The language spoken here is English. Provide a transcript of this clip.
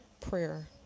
prayer